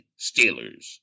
Steelers